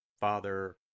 Father